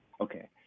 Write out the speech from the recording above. Okay